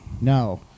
No